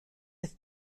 het